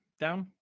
down